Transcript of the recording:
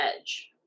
edge